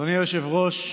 אדוני היושב-ראש,